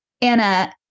Anna